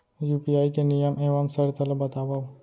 UPI के नियम एवं शर्त ला बतावव